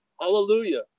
Hallelujah